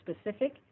specific